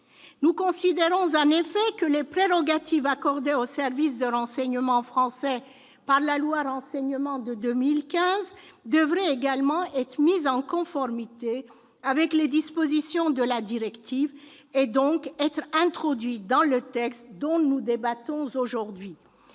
Nous considérons en effet que les prérogatives accordées aux services de renseignement français par la loi Renseignement de 2015 devraient également être mises en conformité avec les dispositions de la directive, et donc introduites dans le texte dont nous débattons aujourd'hui.